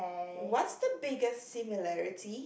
what's the biggest similarity